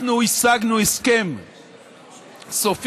אנחנו השגנו הסכם סופי,